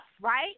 right